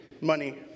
money